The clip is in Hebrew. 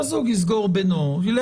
שהזוג יסגור בינו לבינו,